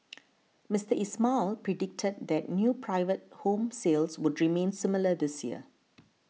Mister Ismail predicted that new private home sales would remain similar this year